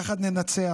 יחד ננצח.